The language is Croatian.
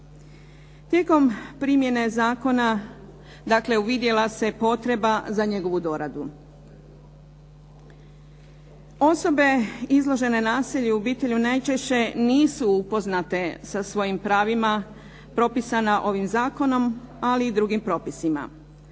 Tijekom primjene zakona, dakle uvidjela se potreba za njegovu doradu. Osobe izložene nasilju u obitelji najčešće nisu upoznate sa svojim pravima propisanim ovim zakonom, ali i drugim propisima.